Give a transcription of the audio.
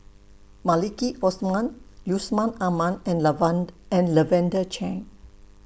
Maliki Osman Yusman Aman and and Lavender Chin